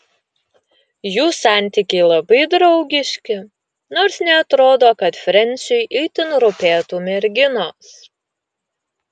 jų santykiai labai draugiški nors neatrodo kad frensiui itin rūpėtų merginos